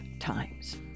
times